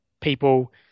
people